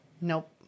Nope